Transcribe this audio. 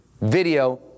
video